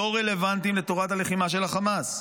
לא רלוונטיים לתורת הלחימה של חמאס.